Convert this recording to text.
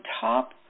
top